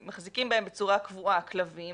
אם מחזיקים בהם בצורה קבועה כלבים,